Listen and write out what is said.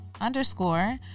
underscore